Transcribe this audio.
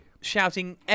shouting